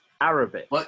Arabic